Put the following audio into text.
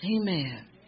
Amen